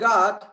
God